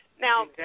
Now